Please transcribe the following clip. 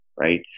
right